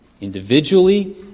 individually